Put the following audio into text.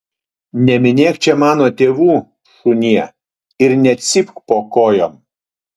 neminėk čia mano tėvų šunie ir necypk po kojom